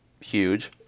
Huge